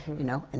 you know? and